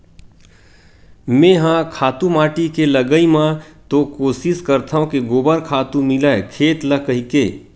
मेंहा खातू माटी के लगई म तो कोसिस करथव के गोबर खातू मिलय खेत ल कहिके